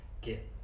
get